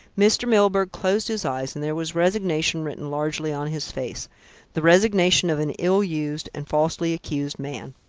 mr. milburgh closed his eyes and there was resignation written largely on his face the resignation of an ill-used and falsely-accused man.